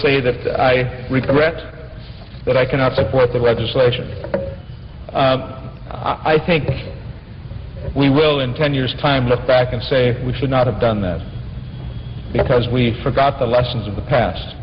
say the regrets but i cannot support the legislation i think we will in ten years time look back and say we should not have done that because we forgot the lessons of the past